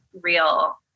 real